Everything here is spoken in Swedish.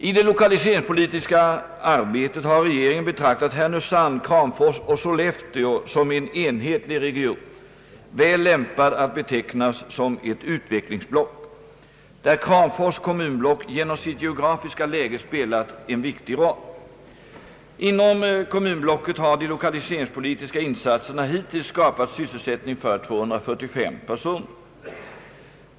I det lokaliseringspolitiska arbetet har regeringen betraktat Härnösand, Kramfors och Sollefteå som en enhetlig region — väl lämpad att betecknas som ett utvecklingsblock — där Kramfors” kommunblock genom sitt geografiska läge spelar en viktig roll. Inom kommunblocket har de lokaliseringspolitiska insatserna hittills skapat sysselsättning för 245 personer.